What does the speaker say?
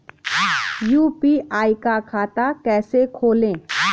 UPI का खाता कैसे खोलें?